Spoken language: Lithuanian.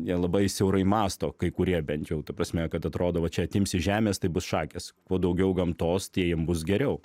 jie labai siaurai mąsto kai kurie bent jau ta prasme kad atrodo va čia atimsi žemės tai bus šakės kuo daugiau gamtos tie jiem bus geriau